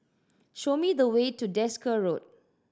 show me the way to Desker Road